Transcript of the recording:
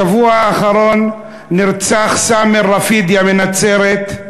בשבוע האחרון נרצח סאמר רפידיא מנצרת,